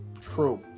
True